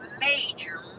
major